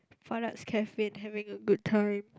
Cafe having a good time